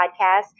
podcast